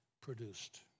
produced